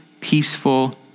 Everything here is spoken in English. peaceful